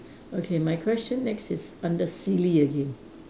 okay my question next is under silly again